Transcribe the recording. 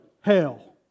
hell